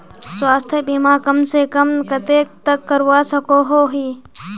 स्वास्थ्य बीमा कम से कम कतेक तक करवा सकोहो ही?